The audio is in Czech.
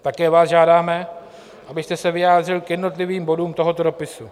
Také vás žádáme, abyste se vyjádřil k jednotlivým bodům tohoto dopisu.